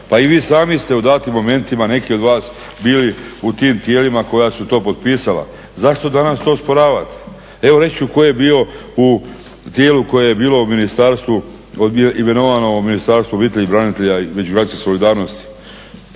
Pa i vi sami ste u datim momentima, neki od vas bili u tim tijelima koja su to potpisala. Zašto danas to osporavati? Evo reći ću ko je bio u tijelu koje je bilo u ministarstvu, imenovano u Ministarstvu obitelji, branitelja i međugeneracijske solidarnosti